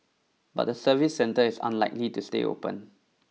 but the service centre is unlikely to stay open